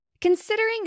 Considering